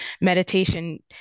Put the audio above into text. meditation